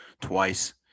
twice